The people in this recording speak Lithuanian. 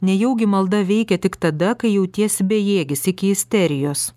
nejaugi malda veikia tik tada kai jautiesi bejėgis iki isterijos